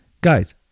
Guys